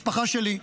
משפחה שלי.